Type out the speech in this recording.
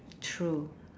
true